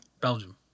Belgium